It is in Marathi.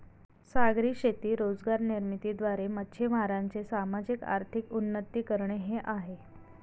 सागरी शेती रोजगार निर्मिती द्वारे, मच्छीमारांचे सामाजिक, आर्थिक उन्नती करणे हे आहे